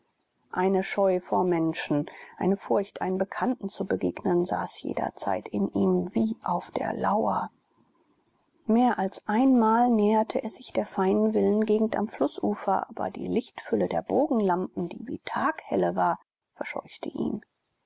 eine scheu vor menschen eine furcht einem bekannten zu begegnen saß jederzeit in ihm wie auf der lauer mehr als einmal näherte er sich der feinen villengegend am flußufer aber die lichtfülle der bogenlampen die wie taghelle war verscheuchte ihn